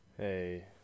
Hey